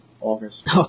August